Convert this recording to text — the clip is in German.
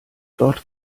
dort